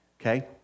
okay